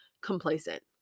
complacent